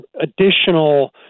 additional